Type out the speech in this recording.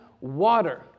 water